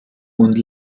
und